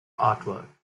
artwork